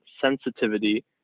sensitivity